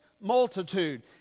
multitude